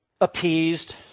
appeased